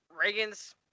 Reagan's